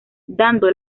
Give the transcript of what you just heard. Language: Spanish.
dando